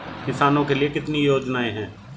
किसानों के लिए कितनी योजनाएं हैं?